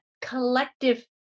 collective